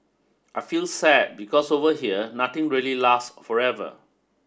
I feel sad because over here nothing really lasts forever